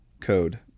Code